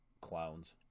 clowns